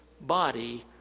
body